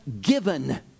given